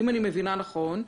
אם אני מבינה נכון,